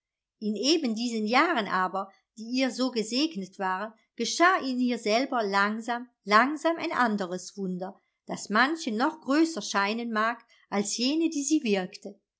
in eben diesen jahren aber die ihr so gesegnet waren geschah in ihr selber langsam langsam ein anderes wunder das manchen noch größer scheinen mag als jene die sie wirkte